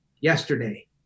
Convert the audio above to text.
yesterday